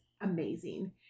amazing